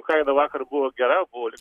kaina vakar buvo gera buvo